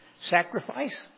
Sacrifice